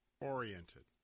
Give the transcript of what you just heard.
oriented